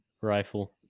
rifle